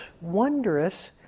wondrous